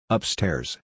Upstairs